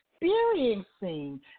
experiencing